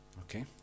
Okay